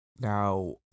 Now